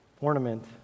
ornament